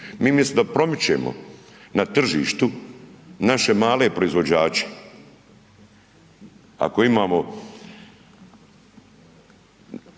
Mi misto da promičemo na tržištu naše male proizvođače, ako imamo